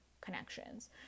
connections